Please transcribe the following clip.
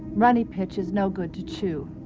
runny pitch is no good to chew.